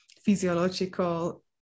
physiological